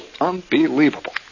Unbelievable